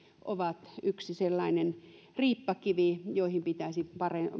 ovat yksi sellainen riippakivi johon pitäisi